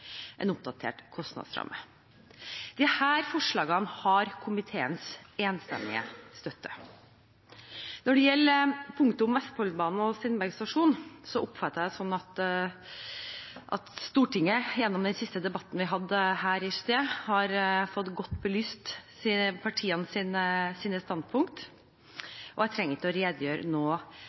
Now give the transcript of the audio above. en oppdatert kostnadsramme. Disse forslagene har komiteens enstemmige støtte. Når det gjelder punktet om Vestfoldbanen og Steinberg stasjon, oppfatter jeg det sånn at Stortinget gjennom den siste debatten vi hadde her i sted, har fått godt belyst partienes standpunkter, og jeg trenger ikke å redegjøre